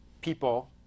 people